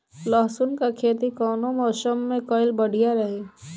लहसुन क खेती कवने मौसम में कइल बढ़िया रही?